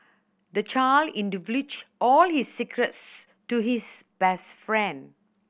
the child in divulged all his secrets to his best friend